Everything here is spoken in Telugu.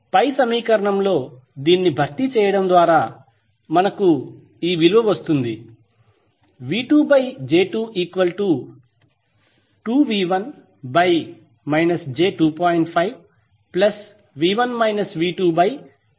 పై సమీకరణంలో దీన్ని భర్తీ చేయడం ద్వారా మనకు ఈ విలువ వస్తుంది